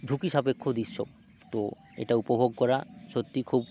ঝুঁকি সাপেক্ষ দৃশ্য তো এটা উপভোগ করা সত্যি খুব